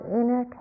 inner